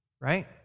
right